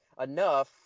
enough